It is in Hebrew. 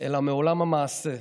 אלא מעולם המעשה,